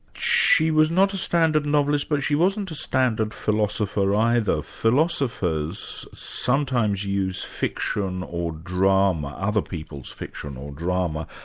she was not a standard novelist, but she wasn't a standard philosopher either. philosophers sometimes use fiction or drama, other people's fiction or drama,